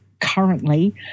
currently